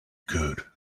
could